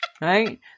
Right